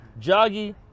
Joggy